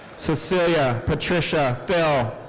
cecelia patricia thill.